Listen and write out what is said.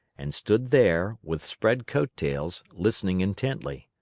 and stood there, with spread coat-tails, listening intently.